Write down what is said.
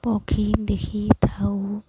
ପକ୍ଷୀ ଦେଖିଥାଉ